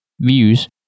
views